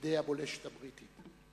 בידי הבולשת הבריטית.